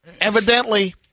Evidently